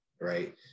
right